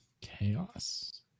Chaos